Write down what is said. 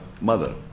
mother